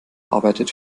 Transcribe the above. arbeitet